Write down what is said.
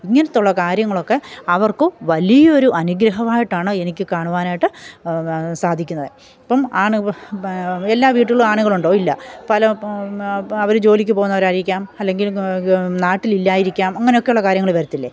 ഇങ്ങനത്തെ ഉള്ള കാര്യങ്ങളൊക്കെ അവര്ക്കും വലിയൊരു അനുഗ്രഹമായിട്ടാണ് എനിക്ക് കാണുവാനായിട്ട് സാധിക്കുന്നത് ഇപ്പം ആണ് എല്ലാ വീടുകളിലും ആണുങ്ങൾ ഉണ്ടോ ഇല്ല പല അവർ ജോലിക്ക് പോവുന്നവരായിരിക്കാം അല്ലെങ്കിൽ നാട്ടിലില്ലായിരിക്കാം അങ്ങനെയൊക്കെ ഉള്ള കാര്യങ്ങൾ വരില്ലേ